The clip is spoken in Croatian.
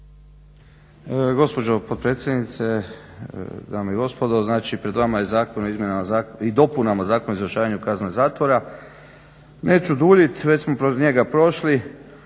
Gospođo potpredsjednice, dame i gospodo. Znači pred vama je zakona o izmjenama i dopunama Zakona o izvršavanju kazne zatvora. Neću duljiti već smo kroz njega prošli.